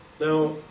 Now